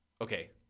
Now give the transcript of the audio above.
okay